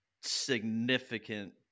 significant